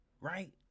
right